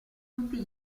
tutti